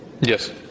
Yes